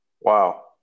Wow